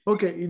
Okay